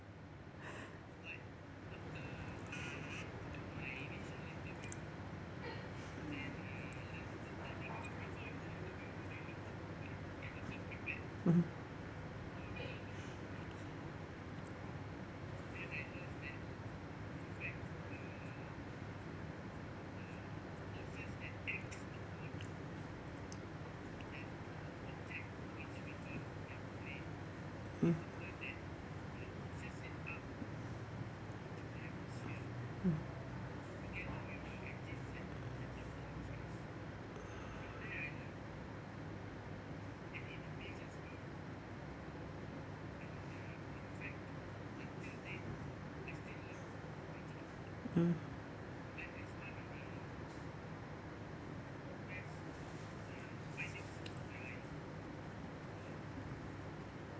mmhmm mm mm mm